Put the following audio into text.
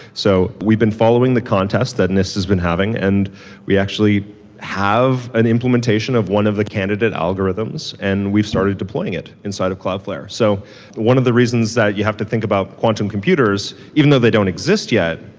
so we've been following the contest that nist has been having and we actually have an implementation of one of the candidate algorithms and we've started deploying it inside of cloudflare so one of the reasons that you have to think about on some um computers, even though they don't exist yet,